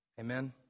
Amen